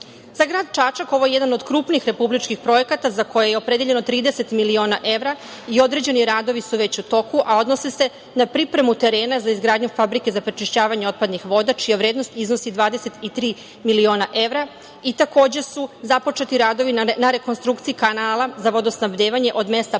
grad Čačak ovo je jedan od krupnih republičkih projekata za koje je opredeljeno 30 miliona evra i određeni radovi su već u toku, a odnose se na pripremu terena za izgradnju fabrike za prečišćavanje otpadnih voda čija vrednost iznosi 23 miliona evra i takođe su započeti radovi na rekonstrukciji kanala za vodosnabdevanje od mesta Parmenac